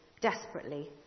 desperately